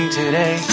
today